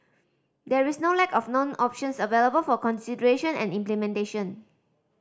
there is no lack of known options available for consideration and implementation